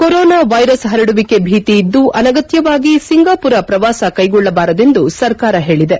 corona virus ಪರಡುವಿಕೆ ಭೀತಿಯಿದ್ದು ಅನಗತ್ಯವಾಗಿ ಸಿಂಗಾಮರ ಪ್ರವಾಸ್ ಕೈಗೊಳ್ಳಬಾರದೆಂದು ಸರ್ಕಾರ ಹೇಳಿದೆ